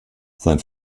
sein